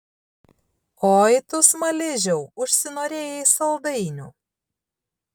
oi tu smaližiau užsinorėjai saldainių